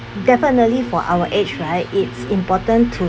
definitely for our age right it's important to